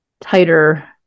tighter